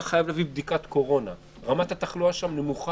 נכון שהמלונות הם חלק, אבל הם חלק מאוד מסוים.